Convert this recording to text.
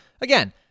again